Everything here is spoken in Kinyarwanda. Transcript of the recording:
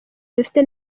dufite